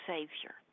Savior